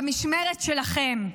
במשמרת שלכם.